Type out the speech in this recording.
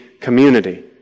community